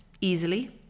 easily